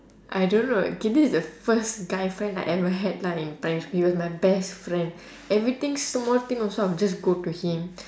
I don't know okay this is the first guy friend I ever had lah in primary school he was my best friend everything small thing also I would just go to him